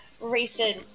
recent